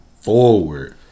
forward